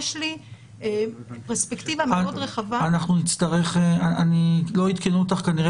יש לי פרספקטיבה רחב מאוד --- לא עדכנו אותך כנראה